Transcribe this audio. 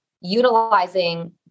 utilizing